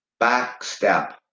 backstep